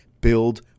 build